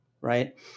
right